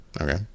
okay